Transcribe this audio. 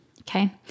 Okay